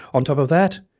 on top of that,